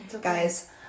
guys